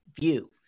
view